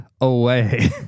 away